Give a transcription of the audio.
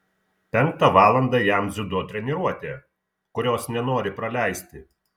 penktą valandą jam dziudo treniruotė kurios nenori praleisti